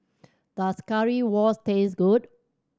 does Currywurst taste good